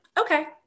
okay